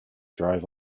drove